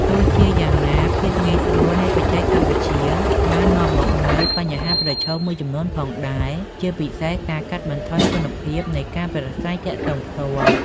ទោះជាយ៉ាងណា ភាពងាយស្រួលនៃបច្ចេកវិទ្យាក៏បាននាំមកនូវបញ្ហាប្រឈមមួយចំនួនផងដែរ ជាពិសេសការកាត់បន្ថយគុណភាពនៃការប្រាស្រ័យទាក់ទងផ្ទាល់។